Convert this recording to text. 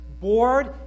bored